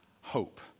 hope